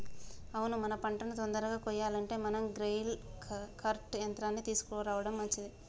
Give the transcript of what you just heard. అవును మన పంటను తొందరగా కొయ్యాలంటే మనం గ్రెయిల్ కర్ట్ యంత్రాన్ని తీసుకురావడం మంచిది